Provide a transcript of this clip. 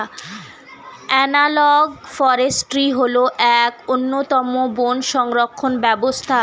analogue forestry হল এক অন্যতম বন সংরক্ষণ ব্যবস্থা